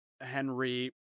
Henry